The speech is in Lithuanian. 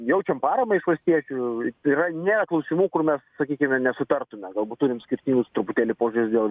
jaučiam paramą iš valstiečių tai yra nėra klausimų kur mes sakykime nesutartume galbūt turim skirtingus truputėlį požiūris dėl